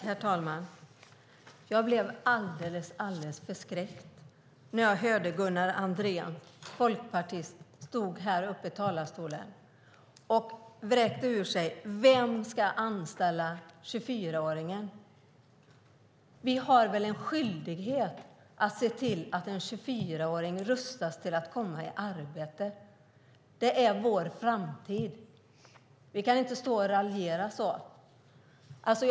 Herr talman! Jag blev alldeles, alldeles förskräckt när jag hörde Gunnar Andrén, Folkpartiet, stå i talarstolen och vräka ur sig: Vem ska anställa 24-åringen? Vi har väl en skyldighet att se till att en 24-åring rustas för att komma i arbete? Det är vår framtid. Vi kan inte stå och raljera på det sättet.